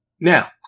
Now